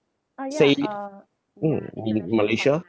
say in mm in malaysia